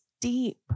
deep